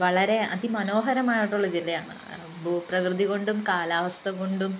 വളരെ അതിമനോഹരമായിട്ടുള്ള ജില്ലയാണ് ഭൂപ്രകൃതി കൊണ്ടും കാലാവസ്ഥ കൊണ്ടും